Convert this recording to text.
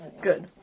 Good